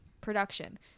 production